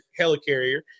helicarrier